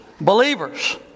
Believers